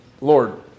Lord